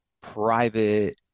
private